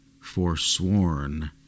forsworn